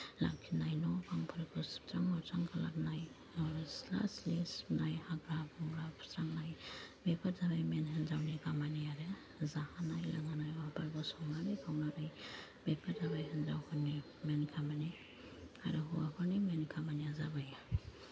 लाखिनाय न' बांफोरखौ सिबस्रां हस्रां खालामनाय आरो सिथ्ला सिथ्लि सिबनाय हाग्रा बंग्रा फोस्रांनाय बेफोर जाबाय मेइन हिनजावनि खामानि आरो जाहोनाय लोंहोनाय अबा संनानै खावनानै बेफोर जाबाय हिनजावफोरनि मेइन खामानि आरो हौवाफोरनि मेइन खामानिया जाबाय